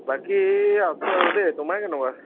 বাকী আছো আৰু দেই তোমাৰ কেনেকুৱা